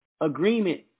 agreement